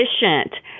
efficient